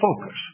focus